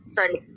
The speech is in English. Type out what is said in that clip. Sorry